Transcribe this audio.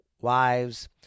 wives